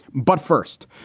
but first,